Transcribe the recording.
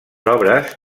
obres